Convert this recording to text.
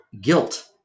guilt